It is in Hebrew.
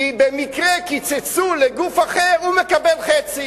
כי במקרה קיצצו לגוף אחר והוא מקבל חצי.